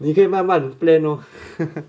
你可以慢慢 plan lor